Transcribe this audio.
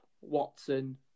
Watson